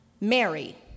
Mary